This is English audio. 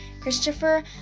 Christopher